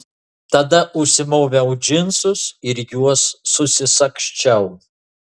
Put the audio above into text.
tada užsimoviau džinsus ir juos susisagsčiau